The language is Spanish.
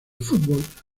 fútbol